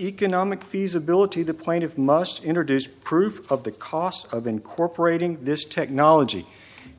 economic feasibility the plaintive must introduce proof of the cost of incorporating this technology